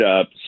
up